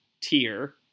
tier